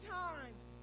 times